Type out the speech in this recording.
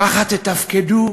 ככה תתפקדו?